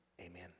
Amen